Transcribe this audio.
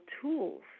tools